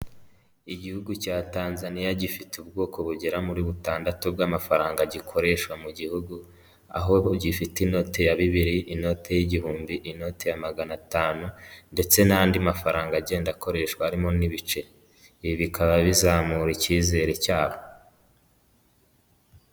Igihugu cya Tanzania gifite ubwoko bugera muri butandatu bw'amafaranga gikoreshwa mu Gihugu, aho ubu gifite inote ya bibiri, inote y'igihumbi, inoti ya magana atanu ndetse n'andi mafaranga agenda akoreshwa harimo n'ibice. Ibi bikaba bizamura icyizere cyabo.